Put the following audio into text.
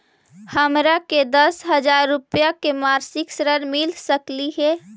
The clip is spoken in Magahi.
हमरा के दस हजार रुपया के मासिक ऋण मिल सकली हे?